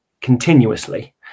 continuously